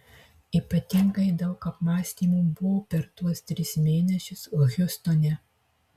ypatingai daug apmąstymų buvo per tuos tris mėnesius hjustone